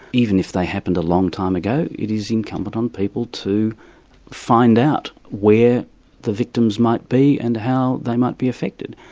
even if they happened a long time ago, it is incumbent on people to find out where the victims might be and how they might be affected.